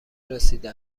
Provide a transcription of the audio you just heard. رسیده